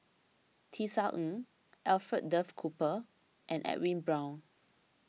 Tisa Ng Alfred Duff Cooper and Edwin Brown